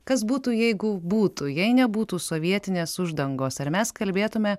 kas būtų jeigu būtų jei nebūtų sovietinės uždangos ar mes kalbėtume